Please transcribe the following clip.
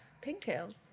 pigtails